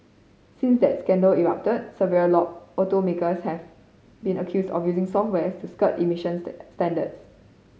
since that scandal erupted several law automakers have been accused of using software to skirt emissions standards